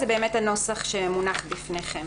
זה הנוסח שמונח בפניכם.